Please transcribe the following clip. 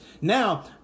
Now